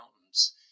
Mountains